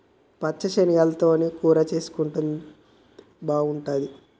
పచ్చ శనగలతో కూర చేసుంటే బాగుంటది